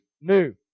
new